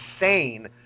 insane